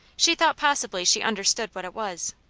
she thought possibly she understood what it was.